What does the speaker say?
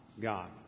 God